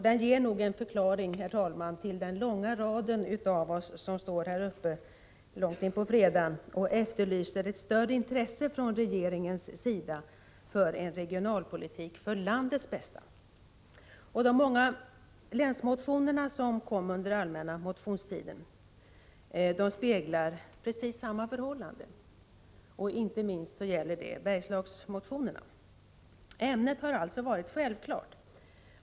Den ger nog, herr talman, en förklaring till den långa rad av ledamöter som står här och talar långt in på fredagen och efterlyser ett större intresse från regeringens sida för en regionalpolitik för landets bästa. De många länsmotioner som väckts under den allmänna motionstiden speglar precis samma förhållande. Inte minst gäller detta för Bergslagsmotionerna. Ämnet har varit självklart.